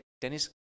Dennis